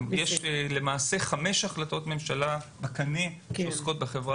יש למעשה 5 החלטות ממשלה בקנה שעוסקות בחברה